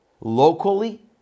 locally